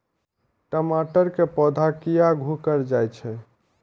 टमाटर के पौधा किया घुकर जायछे?